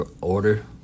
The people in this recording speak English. order